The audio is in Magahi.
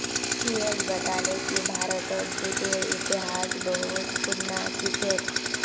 सूरज बताले कि भारतत जूटेर इतिहास बहुत पुनना कि छेक